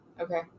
Okay